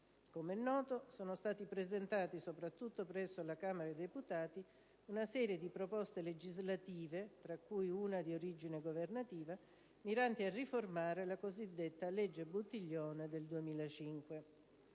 Come è noto, sono state presentate, soprattutto presso la Camera dei deputati, alcune proposte legislative - tra cui una di origine governativa - miranti a riformare la cosiddetta legge Buttiglione del 2005.